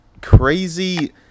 crazy